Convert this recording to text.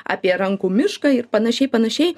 apie rankų mišką ir panašiai panašiai